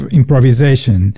improvisation